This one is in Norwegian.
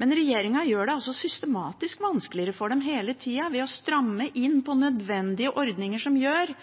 Men regjeringen gjør det systematisk vanskeligere for dem hele tida ved å stramme inn på nødvendige ordninger som gjør